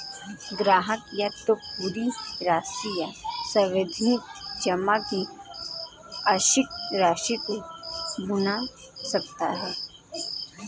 ग्राहक या तो पूरी राशि या सावधि जमा की आंशिक राशि को भुना सकता है